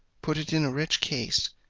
put it into a rich case,